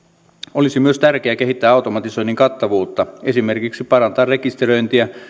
olisi myös tärkeää kehittää automatisoinnin kattavuutta esimerkiksi parantaa rekisteröintiä